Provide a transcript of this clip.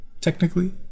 technically